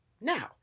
Now